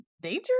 danger